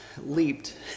leaped